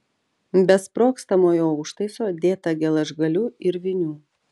be sprogstamojo užtaiso dėta geležgalių ir vinių